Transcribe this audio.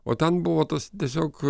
o ten buvo tas tiesiog